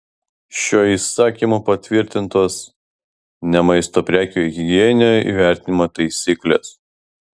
šiuo įsakymu patvirtintos ne maisto prekių higieninio įvertinimo taisyklės